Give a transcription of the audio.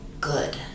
good